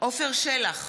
עפר שלח,